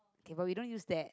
okay but we don't use that